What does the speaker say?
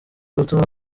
gutuma